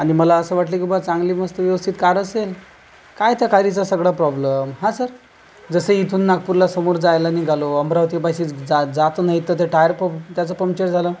आणि मला असं वाटलं की बा चांगली मस्त व्यवस्थित कार असेल काय त्या कारीचा सगळा प्रॉब्लम हा सर जसं इथून नागपूरला समोर जायला निघालो अमरावतीपाशीच जा जात न येत तर टायर पं त्याचं पंक्चर झालं